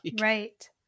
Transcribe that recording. right